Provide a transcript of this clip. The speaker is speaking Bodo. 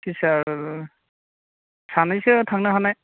टिसार सानैसो थांनो हानाय